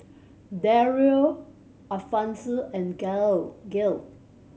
Dario Alphonsus and Gail Gail